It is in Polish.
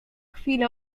chwilę